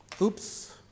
Oops